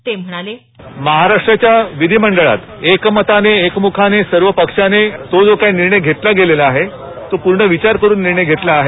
ते म्हणाले महाराष्ट्राच्या विधीमंडळात एकमताने एकम्खाने सर्वपक्षाने तो जो काही निर्णय घेतलेला आहे तो पूर्ण विचार करून निर्णय घेतला आहे